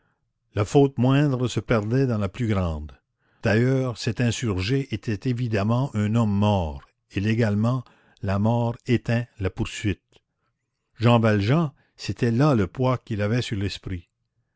la faute moindre se perdait dans la plus grande d'ailleurs cet insurgé était évidemment un homme mort et légalement la mort éteint la poursuite jean valjean c'était là le poids qu'il avait sur l'esprit